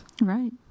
Right